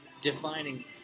defining